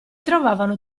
trovavano